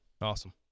Awesome